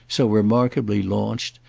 so remarkably launched,